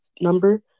number